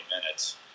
minutes